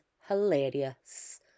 hilarious